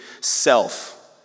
self